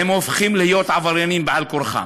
והופכים להיות עבריינים על-כורחם.